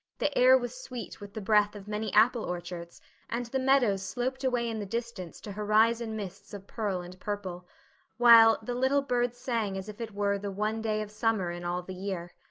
the air was sweet with the breath of many apple orchards and the meadows sloped away in the distance to horizon mists of pearl and purple while the little birds sang as if it were the one day of summer in all the year.